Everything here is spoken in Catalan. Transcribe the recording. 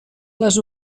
les